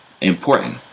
important